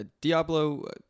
Diablo